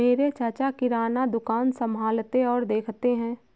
मेरे चाचा किराना दुकान संभालते और देखते हैं